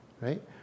right